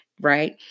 right